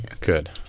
Good